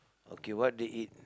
okay what they eat